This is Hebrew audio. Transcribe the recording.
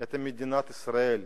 את מדינת ישראל.